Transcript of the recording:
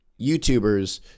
YouTubers